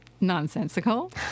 Nonsensical